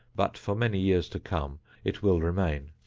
but for many years to come it will remain.